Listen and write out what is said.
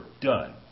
done